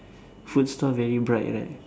food store very bright right